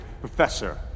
Professor